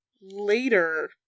later